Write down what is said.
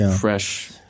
fresh